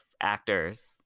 actors